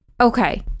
Okay